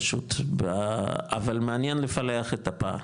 אבל מעניין לפלח את הפער,